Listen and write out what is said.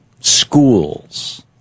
Schools